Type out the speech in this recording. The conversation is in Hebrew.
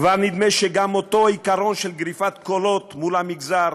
כבר נדמה שגם אותו עיקרון של גריפת נקודות מול המגזר,